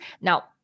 Now